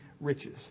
riches